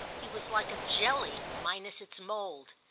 he was like a jelly minus its mould,